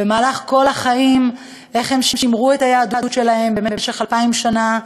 במהלך כל החיים: איך הם שימרו את היהדות שלהם במשך אלפיים שנה,